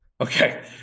okay